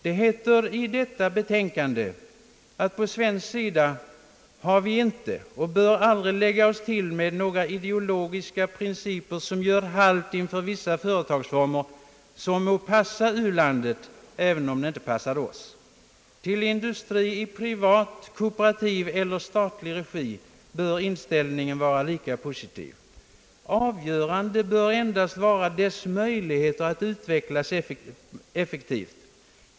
Det heter i detta betänkande att »vi på svensk sida inte har och aldrig bör lägga oss till med några ideologiska principer som gör halt inför vissa företagsformer vilka må passa u-landet även om de inte passar oss. Till industri i privat, kooperativ eller statlig regi bör inställningen vara lika positiv. Avgörande bör endast vara dess möjlighet att utvecklas effektivt.